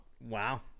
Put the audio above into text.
wow